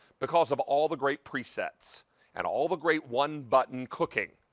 because of all the great presets and all the great one-button cooking.